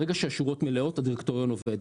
ברגע שהשורות מלאות הדירקטוריון עובד.